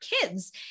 kids